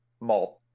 malt